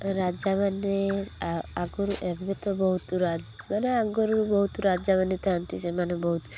ରାଜା ମାନେ ଆଗରୁ ଏବେ ତ ବହୁତ ମାନେ ଆଗରୁ ବହୁତ ରାଜାମାନେ ଥାନ୍ତି ସେମାନେ ବହୁତ